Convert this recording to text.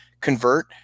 convert